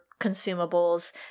consumables